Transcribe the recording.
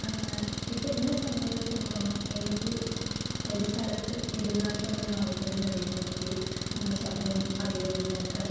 ഇപ്പം എന്നെ സംബന്ധിച്ചിടത്തോളം എനിക്ക് ഒരു സ്ഥലത്ത് ഇരുന്നാൽത്തന്നെ വായിക്കാൻ കഴിയുമോ അല്ലെങ്കിൽ ശബ്ദം അധികമില്ലാത്ത